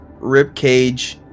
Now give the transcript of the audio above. ribcage